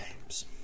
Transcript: games